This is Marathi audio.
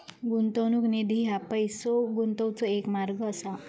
गुंतवणूक निधी ह्या पैसो गुंतवण्याचो एक मार्ग असा